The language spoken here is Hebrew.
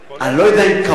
אני לא יודע אם כמוך,